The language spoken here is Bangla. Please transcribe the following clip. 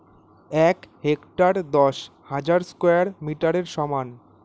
এক হেক্টার দশ হাজার স্কয়ার মিটারের সমান